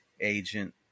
agent